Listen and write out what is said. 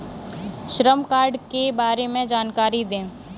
श्रम कार्ड के बारे में जानकारी दें?